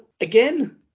again